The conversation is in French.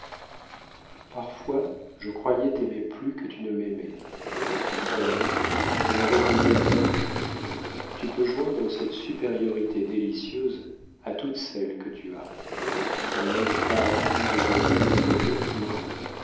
parfois je croyais t'aimer plus que tu ne m'aimais maintenant je me reconnais vaincue tu peux joindre cette supériorité délicieuse à toutes celles que tu as mais n'ai-je pas plus de raisons de t'aimer moi